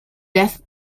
death